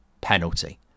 Penalty